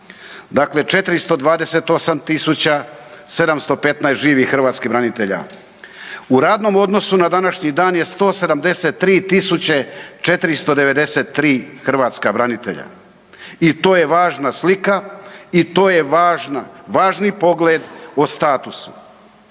Dakle, 428715 živih hrvatskih branitelja. U radnom odnosu na današnji dan je 173493 hrvatska branitelja i to je važna slika i to je važni pogled o statusu.